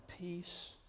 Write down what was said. peace